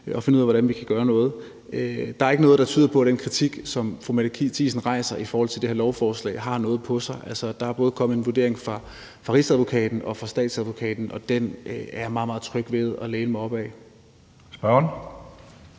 at finde ud af, hvordan vi kan gøre noget. Der er ikke noget, der tyder på, at den kritik, som fru Mette Thiesen rejser i forhold til det her forslag, har noget på sig. Altså, der er både kommet en vurdering fra Rigsadvokaten og fra statsadvokaten, og den er jeg meget, meget tryg ved at læne mig op ad.